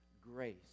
grace